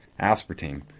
aspartame